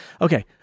Okay